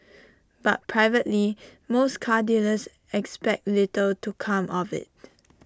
but privately most car dealers expect little to come of IT